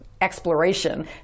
exploration